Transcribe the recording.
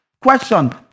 Question